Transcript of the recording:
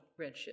redshift